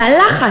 מהלחץ,